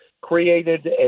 created